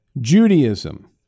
Judaism